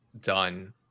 done